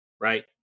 right